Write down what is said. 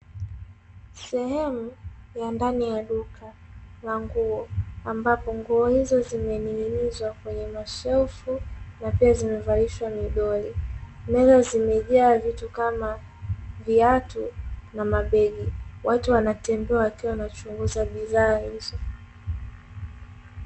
Sehemu ya ndani ya duka la nguo, ambapo nguo hizo zimening'inizwa kwenye mashelfu na pia zimevalishwa midoli, meza zimejaa vitu kama, viatu na mabegi, watu wanatembea wakiwa wanachunguza bidhaa hizo.